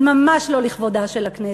זה ממש לא לכבודה של הכנסת.